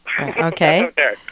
Okay